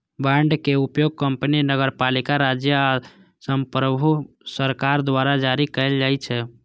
बांडक उपयोग कंपनी, नगरपालिका, राज्य आ संप्रभु सरकार द्वारा जारी कैल जाइ छै